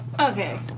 Okay